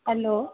hello